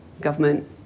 government